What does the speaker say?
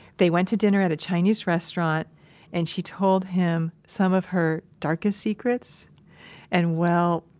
they went to dinner at a chinese restaurant and she told him some of her darkest secrets and well,